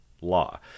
Law